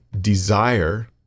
desire